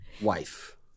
wife